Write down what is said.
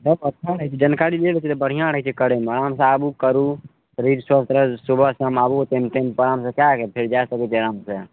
सब अच्छा रहय छै जानकारी लेल रहय छै तऽ बढ़िआँ रहय छै करयमे आरामसँ आबू करू शरीर स्वस्थ रहत सुबह शाम आबहो टाइम टाइमपर आरामसँ कए कऽ फेर जा सकय छै आरामसँ